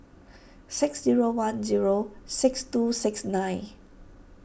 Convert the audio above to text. six zero one zero six two six nine